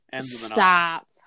Stop